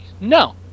No